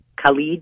Khalid